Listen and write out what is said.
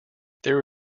there